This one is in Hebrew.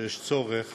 שיש צורך